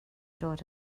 dod